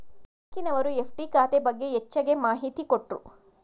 ಬ್ಯಾಂಕಿನವರು ಎಫ್.ಡಿ ಖಾತೆ ಬಗ್ಗೆ ಹೆಚ್ಚಗೆ ಮಾಹಿತಿ ಕೊಟ್ರು